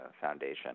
foundation